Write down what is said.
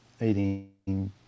eating